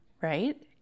right